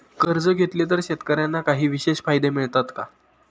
कर्ज घेतले तर शेतकऱ्यांना काही विशेष फायदे मिळतात का?